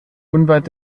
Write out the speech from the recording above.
unweit